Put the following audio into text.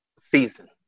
season